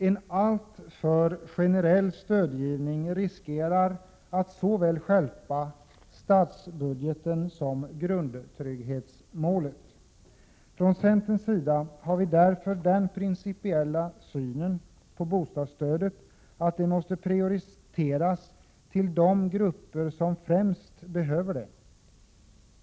En alltför generell stödgivning riskerar att stjälpa såväl statsbudgeten som grundtrygghetsmålet. Vi har därför från centerns sida den principiella synen att bostadsstöd till grupper som främst behöver det måste prioriteras.